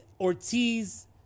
Ortiz